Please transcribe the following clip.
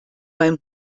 mein